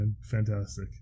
fantastic